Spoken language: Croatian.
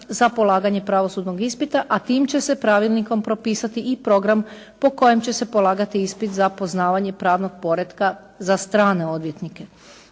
za polaganje pravosudnog ispita, a tim će se pravilnikom propisati i program po kojem će se polagati ispit za poznavanje pravnog poretka za strane odvjetnike.